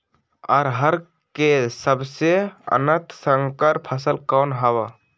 अरहर के सबसे उन्नत संकर फसल कौन हव?